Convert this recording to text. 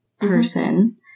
person